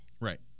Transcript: Right